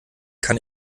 kann